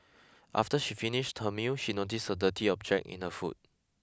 after she finished her meal she noticed a dirty object in her food